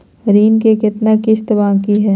ऋण के कितना किस्त बाकी है?